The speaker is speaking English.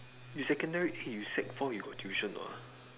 you secondary eh you sec four you got tuition or not ah